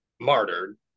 martyred